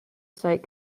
site